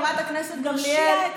חברת הכנסת גמליאל,